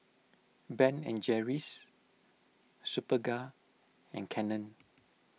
Ben and Jerry's Superga and Canon